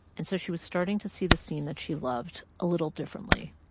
and so she was starting to see the scene that she loved a little differently,